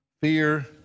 fear